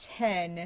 ten